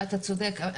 אתה צודק.